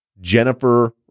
Jennifer